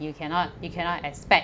you cannot you cannot expect